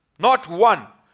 not one.